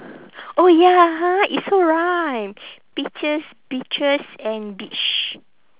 oh ya ha it's so rhyme peaches beaches and beach